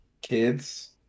kids